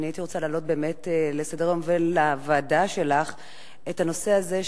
הייתי רוצה להעלות לסדר-היום ולוועדה שלך את הנושא הזה,